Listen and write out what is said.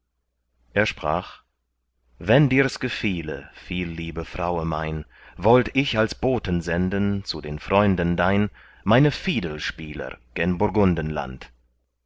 er sprach wenn dirs gefiele viel liebe fraue mein wollt ich als boten senden zu den freunden dein meine fiedelspieler gen